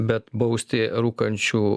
bet bausti rūkančių